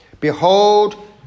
Behold